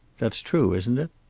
that's true, isn't it?